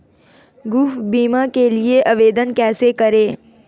गृह बीमा के लिए आवेदन कैसे करें?